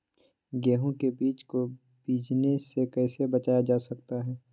गेंहू के बीज को बिझने से कैसे बचाया जा सकता है?